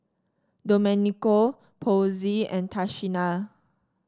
Domenico Posey and Tashina